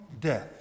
death